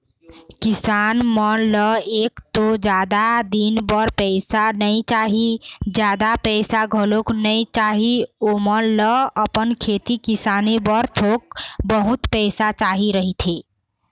किसान मन ल एक तो जादा दिन बर पइसा नइ चाही, जादा पइसा घलोक नइ चाही, ओमन ल अपन खेती किसानी बर थोक बहुत पइसा चाही रहिथे